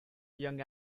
young